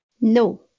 No